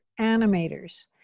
animators